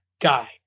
guy